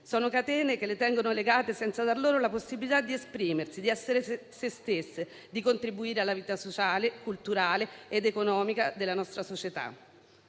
sono catene che le tengono legate senza dar loro la possibilità di esprimersi, di essere sé stesse, di contribuire alla vita sociale, culturale ed economica della nostra società.